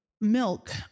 milk